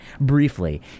Briefly